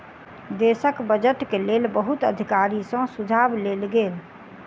देशक बजट के लेल बहुत अधिकारी सॅ सुझाव लेल गेल